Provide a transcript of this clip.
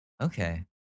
Okay